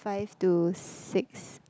five to six